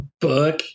book